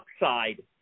upside